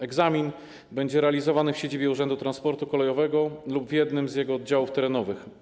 Egzamin będzie realizowany w siedzibie Urzędu Transportu Kolejowego lub w jednym z jego oddziałów terenowych.